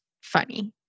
funny